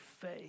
faith